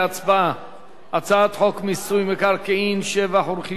הצעת חוק מיסוי מקרקעין (שבח ורכישה) (תיקון,